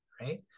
right